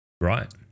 Right